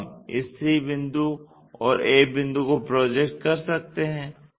अब हम इस c बिंदु और a बिंदु को प्रोजेक्ट कर सकते हैं